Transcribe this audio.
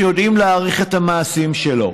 שיודעים להעריך את המעשים שלו.